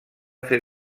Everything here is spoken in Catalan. fer